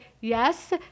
yes